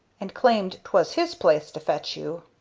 and claimed twas his place to fetch you.